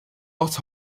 aus